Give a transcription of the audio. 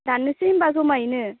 दाननोसै होमब्ला जमायैनो